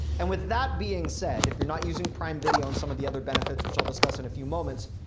and with that being said if you're not using prime video and some of the other benefits, which i'll discuss in a few moments,